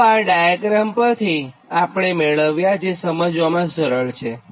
તો આ ડાયાગ્રામ પરથી આપણે આ મેળવ્યાજે સમજવામાં સરળ છે